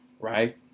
Right